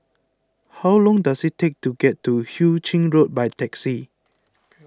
how long does it take to get to Hu Ching Road by taxi